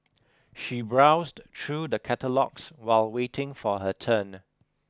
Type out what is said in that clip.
she browsed through the catalogues while waiting for her turn